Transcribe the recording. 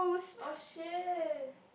!oh shiz!